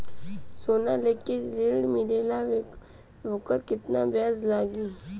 सोना लेके ऋण मिलेला वोकर केतना ब्याज लागी?